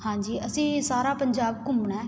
ਹਾਂਜੀ ਅਸੀਂ ਸਾਰਾ ਪੰਜਾਬ ਘੁੰਮਣਾ